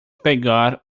pegar